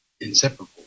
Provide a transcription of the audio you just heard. inseparable